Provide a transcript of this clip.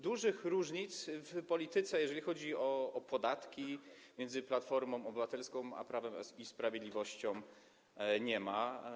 Dużych różnic w polityce, jeżeli chodzi o podatki, między Platformą Obywatelską a Prawem i Sprawiedliwością nie ma.